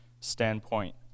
standpoint